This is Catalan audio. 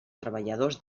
treballadors